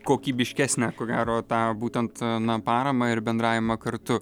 kokybiškesnę ko gero tą būtent na paramą ir bendravimą kartu